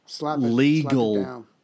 legal